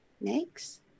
next